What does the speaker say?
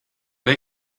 they